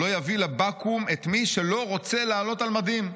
לא יביא לבקו"ם את מי שלא רוצה לעלות על מדים.